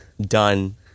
done